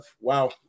Wow